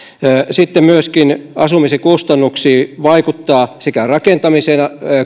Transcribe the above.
sitten asumisen kustannuksiin vaikuttavat rakentamisen